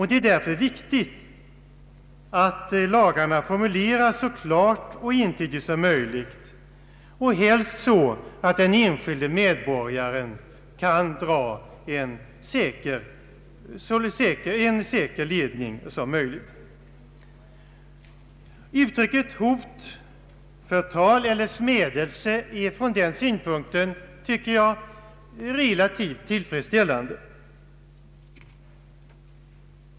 Det är därför viktigt att lagarna formuleras klart och entydigt så att den enskilde medborgaren får en så säker ledning som möjligt. Uttrycket ”förtal eller smädelse” är från den synpunkten relativt tillfredsställande, tycker jag.